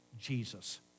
Jesus